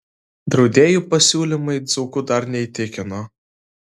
draudėjų pasiūlymai dzūkų dar neįtikino